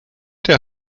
der